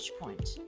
point